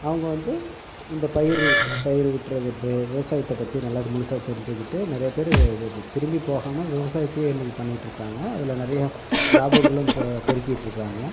அவங்க வந்து இந்த பயிர் பயிர் விற்றுக்கிறது விவசாயத்தை பற்றி நல்லா முழுசா செஞ்சுக்கிட்டு நிறைய பேர் இது திரும்பி போகாமல் விவசாயத்தையே இன்றைக்கி பண்ணிட்ருக்குறாங்க அதுல நிறையா லாபங்களும் இப்போ பெருக்கிட்டுக்குறாங்க